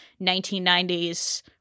1990s